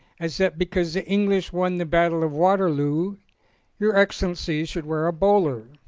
as that because the english won the battle of waterloo your ex cellency should wear a bowler.